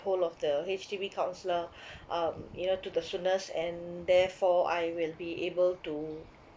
hold of the H_D_B counsellor um you know to the soonest and therefore I will be able to